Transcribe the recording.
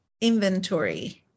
inventory